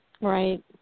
Right